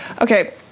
Okay